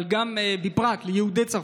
ובפרט ליהודי צרפת.